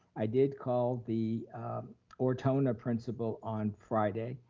i did call the ortona principal on friday,